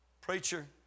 Preacher